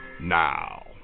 now